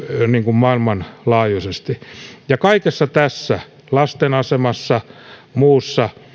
maailmanlaajuisesti kaikessa tässä lasten asemassa ja muussa